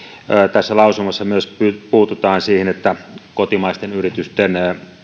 tässä lausumassa puututaan myös siihen että kotimaisten yritysten